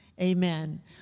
Amen